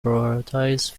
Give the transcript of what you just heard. prioritize